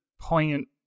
poignant